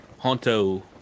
Honto